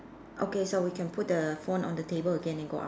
okay so we can put the phone on the table again then go out